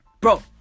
Bro